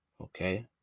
Okay